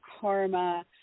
karma